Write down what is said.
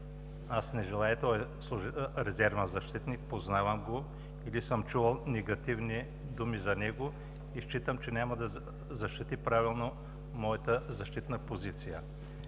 аз не желая този резервен защитник, познавам го и съм чувал негативни думи за него и считам, че няма да защити правилно моята защитна позиция.